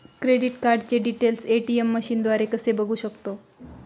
Credit कार्डचे details ATM मशीनद्वारे कसे बघू शकतो?